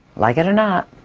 like it or not